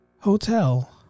hotel